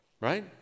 right